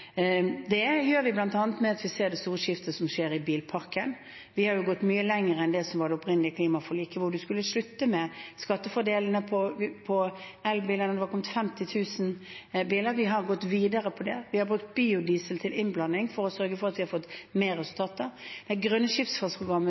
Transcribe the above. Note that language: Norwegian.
Det gjør vi bl.a. når vi ser det store skiftet som skjer i bilparken. Vi har jo gått mye lenger enn det som lå i det opprinnelige klimaforliket, hvor vi skulle slutte med skattefordelene på elbiler når det var kommet 50 000 biler. Vi har gått videre på det. Vi har brukt biodiesel til innblanding for å sørge for mer resultater. Det grønne skipsfartsprogrammet,